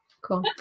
Cool